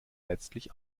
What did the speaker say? letztlich